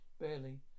barely